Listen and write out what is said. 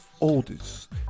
oldest